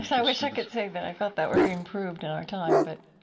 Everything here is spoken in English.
i wish i could say that i felt that were being proved in our time, but,